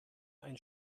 ein